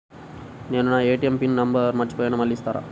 నేను నా ATM pin number మర్చిపోయాను మళ్ళీ ఇస్తారా?